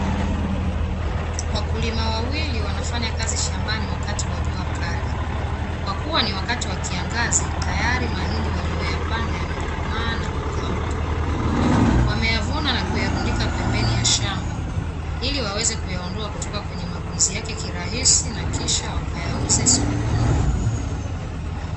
Wakulima wawili wanafanya kazi shambani wakati wa jua kali. Kwa kuwa ni wakati wa kiangazi, tayari mahindi waliyoyapanda yamekomaa na kukauka. Wameyavuna na kuyarundika pembeni ya shamba, ili waweze kuyaondoa kutoka kwenye magunzi yake kirahisi na kisha wakayauze sokoni.